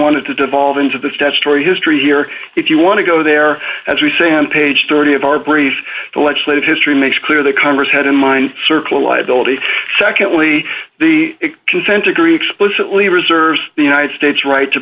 to devolve into the statutory history here if you want to go there as we say on page thirty of our brief the legislative history makes clear that congress had in mind circular liability secondly the consent decree explicitly reserves the united states right to